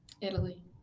Italy